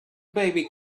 baby